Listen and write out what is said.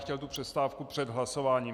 Chtěl bych tu přestávku před hlasováním.